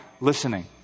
listening